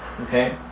Okay